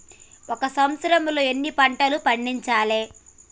ఒక సంవత్సరంలో ఎన్ని పంటలు పండించాలే?